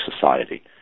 society